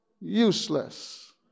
useless